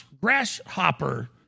grasshopper